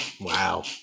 Wow